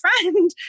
friend